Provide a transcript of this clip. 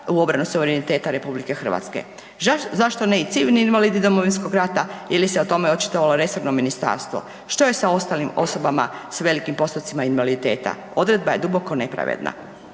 u obranu suvereniteta RH? Zašto ne i civilni invalidi Domovinskog rata ili se o tome očitovalo resorno ministarstvo? Što je sa ostalim osobama s velikim postocima invaliditeta? Odredba je duboko nepravedna.